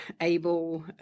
able